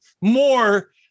more